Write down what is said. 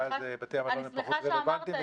ואז בתי המלון פחות רלוונטיים.